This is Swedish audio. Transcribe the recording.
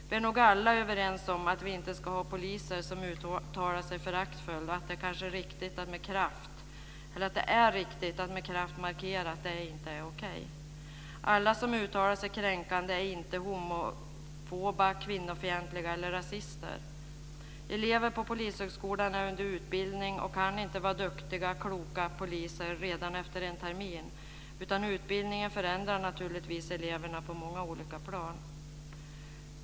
Vi är nog alla överens om att vi inte ska ha poliser som uttalar sig föraktfullt och att det är riktigt att med kraft markera att det inte är okej. Alla som uttalar sig kränkande är inte homofoba, kvinnofientliga eller rasister. Elever på Polishögskolan är under utbildning och kan inte vara duktiga, kloka poliser redan efter en termin, utan utbildningen förändrar naturligtvis eleverna på många olika plan.